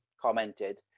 commented